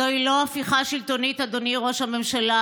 זוהי לא הפיכה שלטונית, אדוני ראש הממשלה,